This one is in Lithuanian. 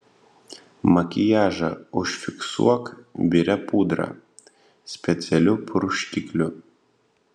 makiažą užfiksuok biria pudra specialiu purškikliu